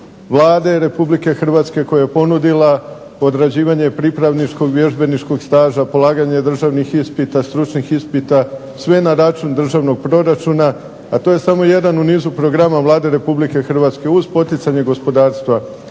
Vlada Republike Hrvatske koja je ponudila odrađivanje pripravničkog, vježbeničkog staža, polaganje državnih ispita, stručnih ispita, sve na račun državnog proračuna. A to je samo jedan u nizu programa Vlade RH uz poticanje gospodarstva,